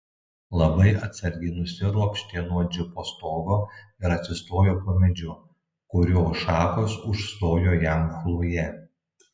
labai atsargiai nusiropštė nuo džipo stogo ir atsistojo po medžiu kurio šakos užstojo jam chlojė